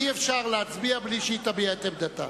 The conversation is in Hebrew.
אי-אפשר להצביע בלי שהיא תביע את עמדתה,